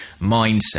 mindset